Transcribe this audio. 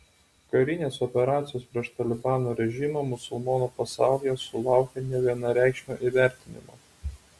karinės operacijos prieš talibano režimą musulmonų pasaulyje sulaukė nevienareikšmio įvertinimo